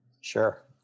Sure